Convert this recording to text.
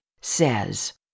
says